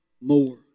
more